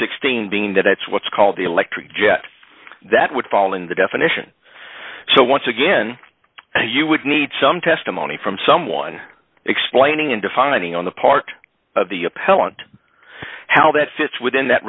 sixteen being that it's what's called the electric jet that would fall in the definition so once again you would need some testimony from someone explaining in defining on the part of the appellant how that fits within that